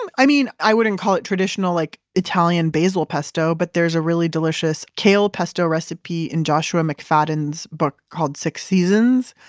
and i mean, i wouldn't call it traditional like italian basil pesto, but there's a really delicious kale pesto recipe in joshua mcfadden's book called six seasons,